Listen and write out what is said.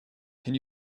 can